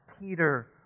Peter